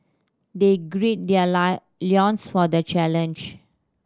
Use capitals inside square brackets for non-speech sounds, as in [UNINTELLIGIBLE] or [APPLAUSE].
they grid their [UNINTELLIGIBLE] loins for the challenge